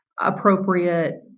appropriate